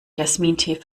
jasmintee